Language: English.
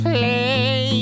Play